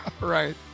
Right